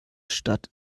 stadt